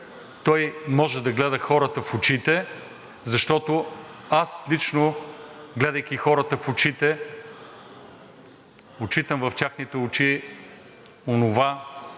Той може да гледа хората в очите, защото аз лично, гледайки хората в очите, прочитам в техните очи онова,